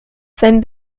seinen